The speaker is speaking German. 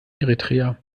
eritrea